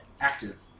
active